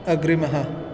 अग्रिमः